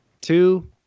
Two